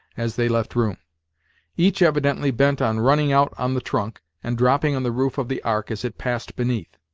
as they left room each evidently bent on running out on the trunk, and dropping on the roof of the ark as it passed beneath.